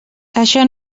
això